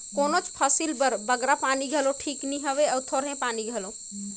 कोनोच फसिल बर बगरा पानी घलो ठीक नी रहें अउ थोरहें पानी घलो